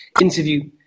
interview